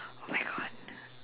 !oh-my-God!